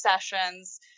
sessions